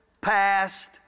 past